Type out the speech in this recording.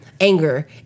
anger